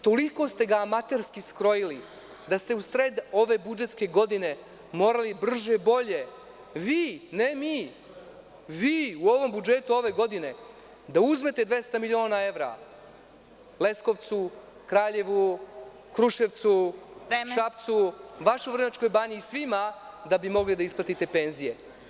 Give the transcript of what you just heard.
Toliko ste ga amaterski skrojili da ste usred ove budžetske godine morali brže-bolje, vi, ne mi, vi u ovom budžetu ove godine da uzmete 200 miliona evra Leskovcu, Kraljevu, Kruševcu, Šapcu, vašoj Vrnjačkoj Banji i svima da bi mogli da isplatite penzije.